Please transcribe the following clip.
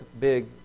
big